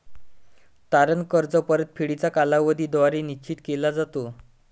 तारण कर्ज परतफेडीचा कालावधी द्वारे निश्चित केला जातो